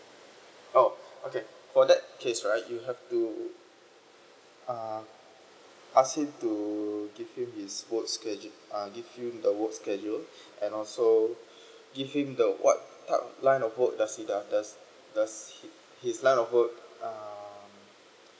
oh okay for that case right you have to uh ask him to give you his work sched~ uh give you the work schedule and also give him the what type of line of work does he does does does he his line of work um